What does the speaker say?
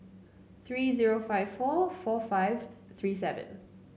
three zero five four four five three seven